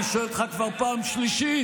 אני שואל אותך כבר פעם שלישית: